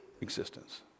existence